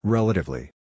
Relatively